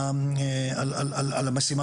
אם לא הם לא ייכנסו.